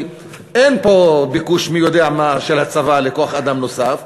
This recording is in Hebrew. כי אין פה ביקוש מי יודע מה של הצבא לכוח-אדם נוסף.